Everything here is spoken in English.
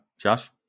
Josh